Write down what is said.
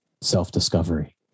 self-discovery